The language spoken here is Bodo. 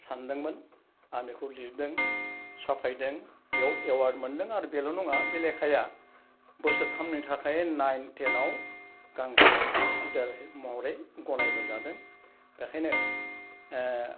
सान्दोंमोन आं बेखौ लिरदों साफायदों बेयाव एवार्ड मोनदों आर बेल' नङा बे लेखाया बोसोरथामनि थाखाय नाइन टेनाव गासे रिपिड रिडार महरै गनाय बोजादों बेखायनो